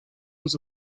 was